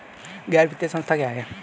गैर वित्तीय संस्था क्या है?